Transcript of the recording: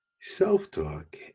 self-talk